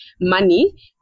money